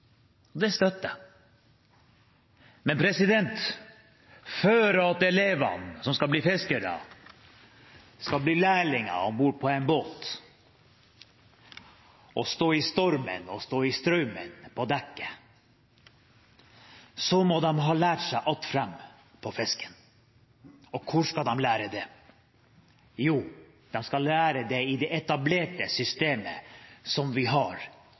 og den støtter jeg. Men før elevene som skal bli fiskere, skal bli lærlinger om bord på en båt og stå i stormen og stå i strømmen på dekket, må de ha lært seg hva som er foran og bak på fisken. Og hvor skal de lære det? Jo, de skal lære det i det etablerte systemet som vi har,